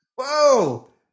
Whoa